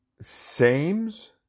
sames